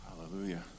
Hallelujah